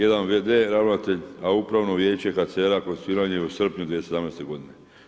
Jedan v.d. ravnatelj, a upravo vijeće HCR-a konstituirano je u srpnju 2017. godine.